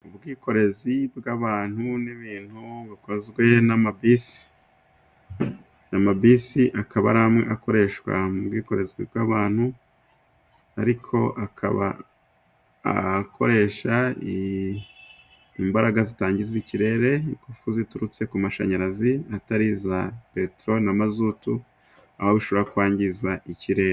Ubwikorezi bw'abantu n'ibintu bikozwe n'amabisi. Amabisi akaba ari amwe akoreshwa mu bwikorezi bw'abantu ariko akaba akoresha imbaraga zitangiza ikirere. Ni ingufu ziturutse ku mashanyarazi , atari iza peterori na mazutu , aho bishobora kwangiza ikirere.